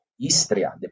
Istria